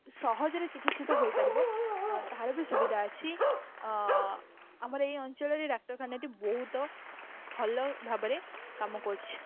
ସହଜରେ ଚିକିତ୍ସିତ ହୋଇପାରିବ ତହାର ବି ସୁବିଧା ଅଛି ଆମର ଏ ଅଞ୍ଚଳରେ ଡାକ୍ତରଖାନାଟି ବହୁତ ଭଲ ଭାବରେ କାମ କରୁଛି